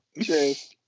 Cheers